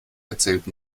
erzählt